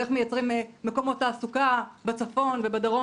ואיך מייצרים מקומות תעסוקה בצפון ובדרום